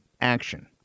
action